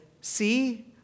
See